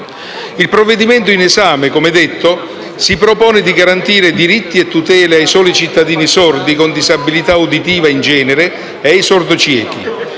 Il provvedimento in esame, come detto, si propone di garantire diritti e tutele ai soli cittadini sordi con disabilità uditiva in genere e ai sordociechi.